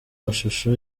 mashusho